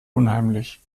unheimlich